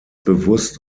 bewusst